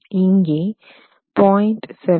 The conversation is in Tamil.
இங்கே 0